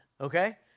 okay